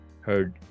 heard